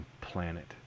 planet